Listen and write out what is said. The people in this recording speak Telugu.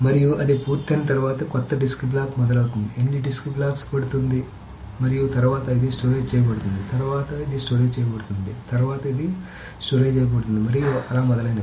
మరియు అది పూర్తయిన తర్వాత కొత్త డిస్క్ బ్లాక్ మొదలవుతుంది ఎన్ని డిస్క్ బ్లాక్స్ పడుతుంది మరియు తరువాత ఇది స్టోరేజ్ చేయబడుతుంది తర్వాత ఇది స్టోరేజ్ చేయబడుతుంది తర్వాత ఇది స్టోరేజ్ చేయబడుతుంది మరియు అలా మొదలైనవి